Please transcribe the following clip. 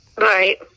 Right